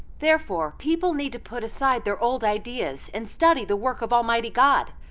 therefore, people need to put aside their old ideas and study the work of almighty god.